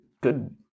good